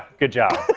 good job.